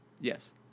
Yes